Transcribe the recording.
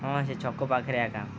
ହଁ ସେ ଛକ ପାଖରେ ଆକା